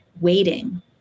waiting